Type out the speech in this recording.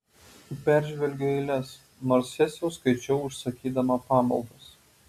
peržvelgiu eiles nors jas jau skaičiau užsakydama pamaldas